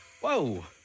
Whoa